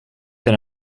than